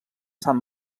sant